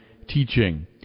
teaching